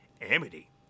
Amity